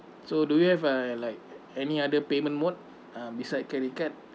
so do you have a like any other payment mode um besides credit card